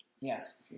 Yes